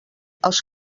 els